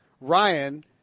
Ryan